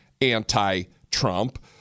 anti-Trump